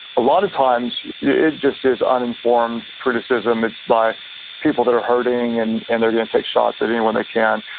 a lot of times it just is uninformed criticism. it's by people that are hurting. and and they're going to take shots at anyone they can.